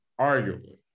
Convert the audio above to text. arguably